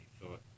thought